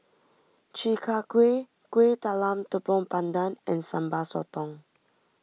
Chi Kak Kuih Kueh Talam Tepong Pandan and Sambal Sotong